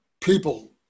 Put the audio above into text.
people